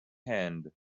hand